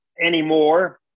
anymore